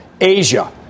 Asia